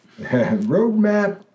Roadmap